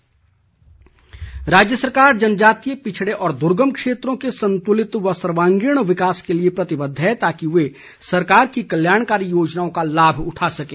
CM भेंट राज्य सरकार जनजातीय पिछड़े और दर्गम क्षेत्रों के संतुलित व सर्वागीण विकास के लिए प्रतिबद्ध है ताकि वे सरकार की कल्याण कारी योजनाओं का लाभ उठा सकें